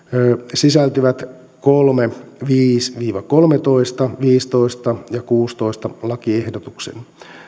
sisältyvät kolme viides viiva kolmetoista viidestoista ja kuudennentoista lakiehdotuksen